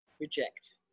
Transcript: reject